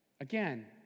Again